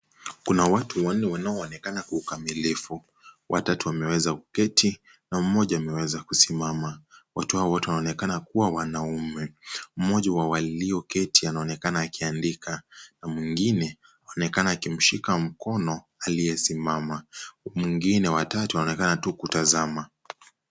Kuna watu wanne wanaoonekana kwa ukamilifu, watatu wameweza kuketi na mmoja ameweza kusimama, watu hao wote waonekana kuwa wanume, mmoja wa walioketi anaonekana akiandika na mwingine anaonekana akimshika mkono aliyesimama, mwingine wa tatu anaonekana tu kutazama.